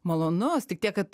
malonus tik tiek kad